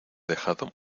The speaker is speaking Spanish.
dejado